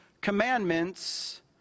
commandments